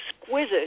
exquisite